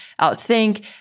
outthink